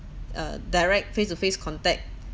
uh direct face-to-face contact